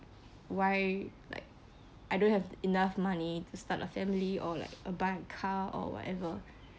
why like I don't have enough money to start a family or like buy a car or whatever